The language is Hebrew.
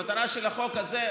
המטרה של החוק הזה,